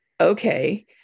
okay